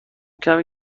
کمی